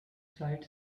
flight